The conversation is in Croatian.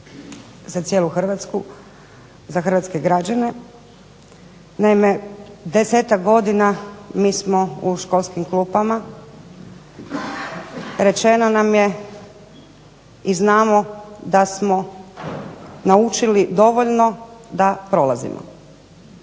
za cijelu Hrvatsku, za hrvatske građane. Naime, desetak godina mi smo u školskim klupama, rečeno nam je i znamo da smo naučili dovoljno da prolazimo.